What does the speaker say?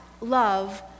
love